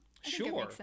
sure